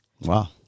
Wow